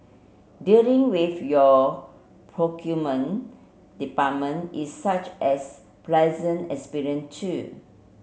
dealing with your procurement department is such as pleasant experience too